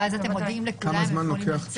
ואז אתם מודיעים לכולם איפה היא נמצאת?